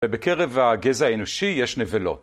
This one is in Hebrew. ובקרב הגזע האנושי יש נבלות.